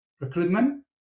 recruitment